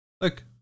Look